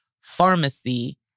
pharmacy